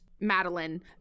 Madeline